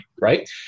right